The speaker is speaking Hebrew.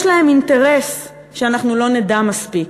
יש להם אינטרס שאנחנו לא נדע מספיק.